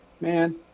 man